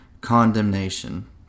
condemnation